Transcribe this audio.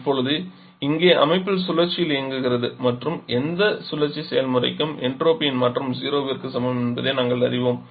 இப்போது இங்கே அமைப்பு சுழற்சியில் இயங்குகிறது மற்றும் எந்த சுழற்சி செயல்முறைக்கும் என்ட்ரோபியின் மாற்றம் 0 ற்கு சமம் என்பதை நாங்கள் அறிவோம்